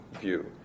view